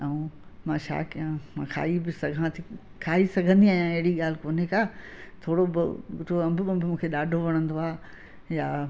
ऐं मां छा कया मां खाई बि सघां थी खाई सघंदी आहियां अहिड़ी ॻाल्हि कोन्हे का थोरो बि मिट्ठो अंब वंब मूंखे ॾाढो वणंदो आहे या